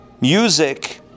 music